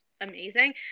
amazing